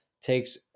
takes